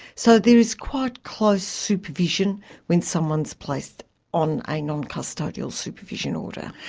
so there is quite close supervision when someone's placed on a non-custodial supervision order.